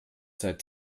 seit